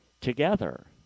together